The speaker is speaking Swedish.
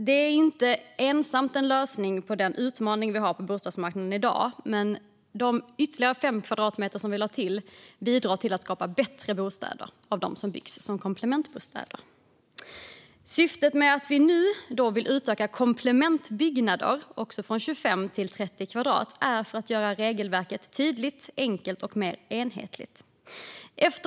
Detta är inte ensamt en lösning på den utmaning som finns på bostadsmarknaden i dag, men de ytterligare 5 kvadratmeter vi lade till bidrar till att skapa bättre bostäder av dem som byggs som komplementbostäder. Syftet med att nu utöka också komplementbyggnader från 25 till 30 kvadratmeter är att göra regelverket tydligt, enkelt och mer enhetligt.